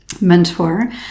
mentor